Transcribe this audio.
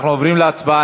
אנחנו עוברים להצבעה.